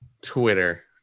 Twitter